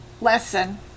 lesson